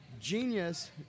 Genius